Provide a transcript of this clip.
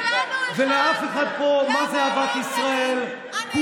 למה אמרת לי: אני אגנוב מהשמאל ואביא לימין,